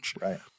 Right